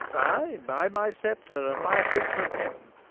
ay, by my sceptre and my hopes of heaven.